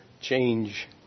change